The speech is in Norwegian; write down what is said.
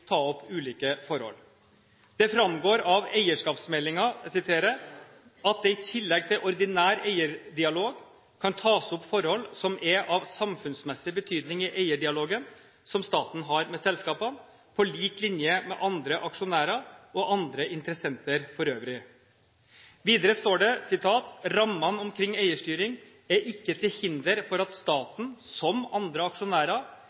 ta opp ulike forhold. Det framgår av eierskapsmeldingen at det i tillegg til ordinær eierdialog kan tas opp forhold som er av samfunnsmessig betydning i eierdialogen som staten har med selskapene, på lik linje med andre aksjonærer og andre interessenter for øvrig. Videre framgår det: «Rammene omkring eierstyring er således ikke til hinder for at staten som andre aksjonærer